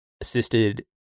assisted